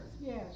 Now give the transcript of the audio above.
Yes